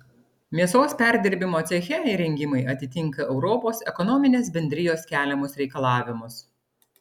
mėsos perdirbimo ceche įrengimai atitinka europos ekonominės bendrijos keliamus reikalavimus